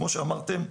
כמו שאמרתם,